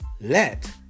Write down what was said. let